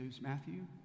Matthew